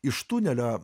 iš tunelio